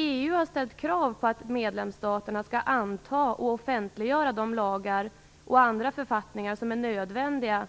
EU har ställt krav på att medlemsstaterna skall anta och offentliggöra de lagar och andra författningar som är nödvändiga